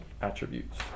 attributes